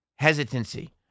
hesitancy